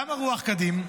למה רוח קדים?